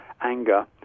anger